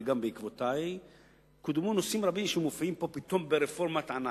וגם בעקבותי קודמו נושאים רבים שמופיעים פה פתאום ברפורמת ענק.